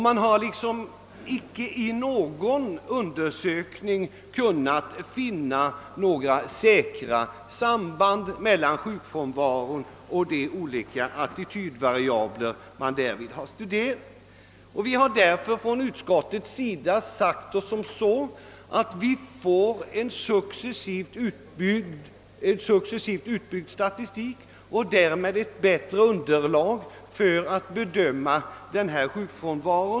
Man har icke i någon undersökning kunnat finna några säkra samband mellan sjukfrånvaron och de olika attitydvariabler som man därvid har studerat. Vi har därför i utskottet noterat att vi får en successivt utbyggd statistik och därmed ett bättre underlag för att bedöma denna sjukfrånvaro.